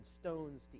stones